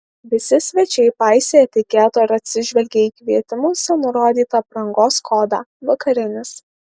visi svečiai paisė etiketo ir atsižvelgė į kvietimuose nurodytą aprangos kodą vakarinis